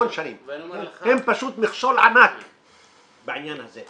הם פשוט מכשול ענק בעניין הזה.